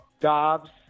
Dobbs